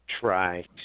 try